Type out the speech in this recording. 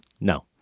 No